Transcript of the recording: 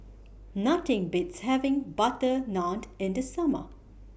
Nothing Beats having Butter Naan in The Summer